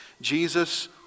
Jesus